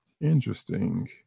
Interesting